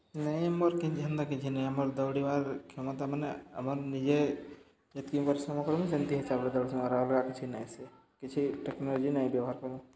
ନାଇଁ ମୋର୍ କି ହେନ୍ତା କିଛି ନାଇଁ ଆମର୍ ଦୌଡ଼ିବାର୍ କ୍ଷମତା ମାନେ ଆମର୍ ନିଜେ ଯେତ୍କି ପରିଶ୍ରମ କର୍ମୁ ସେନ୍ତି ହିସାବରେ ଦୌଡ଼ିସୁ ଆଉ ଅଲଗା କିଛି ନାଇଁସେ କିଛି ଟେକ୍ନୋଲୋଜି ନାଇଁ ବ୍ୟବହାର କରୁ